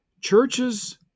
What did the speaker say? churches